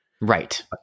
right